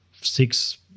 six